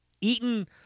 eaten